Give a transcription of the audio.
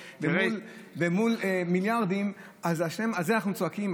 ומול מיליארדים, על זה אנחנו צועקים?